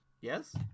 yes